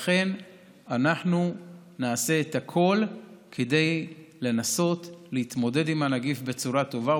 אנחנו נעשה את הכול כדי לנסות להתמודד עם הנגיף בצורה טובה,